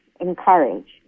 encourage